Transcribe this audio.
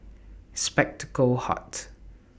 Spectacle Hut